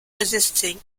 existing